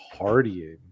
partying